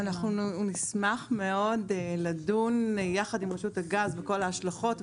אנחנו נשמח מאוד לדון יחד עם רשות הגז בכל ההשלכות,